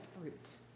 fruit